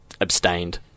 abstained